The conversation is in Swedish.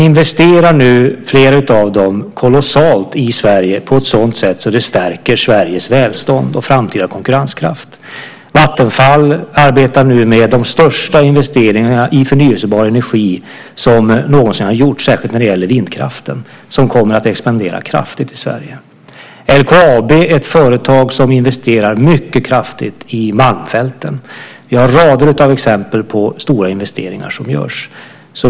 Flera av dem investerar nu kolossalt i Sverige på ett sätt som gör att det stärker Sveriges välstånd och framtida konkurrenskraft. Vattenfall arbetar för närvarande med de största investeringarna i förnybar energi som någonsin har gjorts; särskilt gäller det vindkraften, som kommer att expandera kraftigt i Sverige. LKAB är ett företag som investerar mycket kraftigt i Malmfälten. Vi har rader av exempel på stora investeringar som görs.